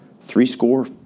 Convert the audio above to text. threescore